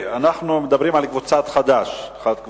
אנחנו מדברים על קבוצת חד"ש.